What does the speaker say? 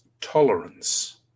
tolerance